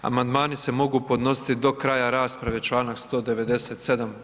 Amandmani se mogu podnositi do kraja rasprave, članak 197.